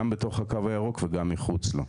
גם בתוך הקו הירוק וגם מחוצה לו.